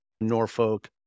Norfolk